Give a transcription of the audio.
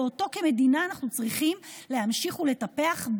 ואותו כמדינה אנחנו צריכים להמשיך ולטפח,